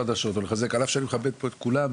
על אף שאני מכבד את כולם פה,